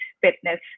fitness